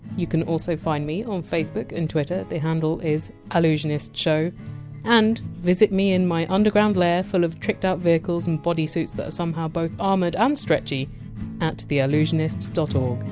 you can also find me on facebook and twitter the handle is allusionistshow and visit me in my underground lair full of tricked-out vehicles and bodysuits that are somehow both armoured and stretchy at theallusionist dot o